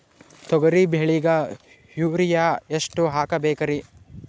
ತೊಗರಿ ಬೆಳಿಗ ಯೂರಿಯಎಷ್ಟು ಹಾಕಬೇಕರಿ?